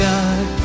God